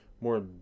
more